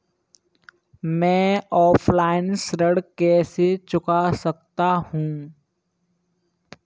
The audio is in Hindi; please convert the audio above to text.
मैं ऑफलाइन ऋण कैसे चुका सकता हूँ?